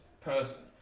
person